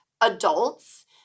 adults